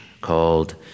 called